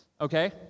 Okay